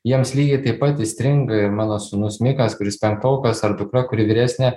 jiems lygiai taip pat įstringa ir mano sūnus mikas kuris penktokas ar dukra kuri vyresnė